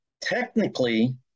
Technically